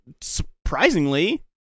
surprisingly